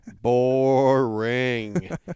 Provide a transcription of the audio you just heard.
Boring